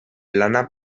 lana